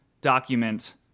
document